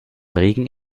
regen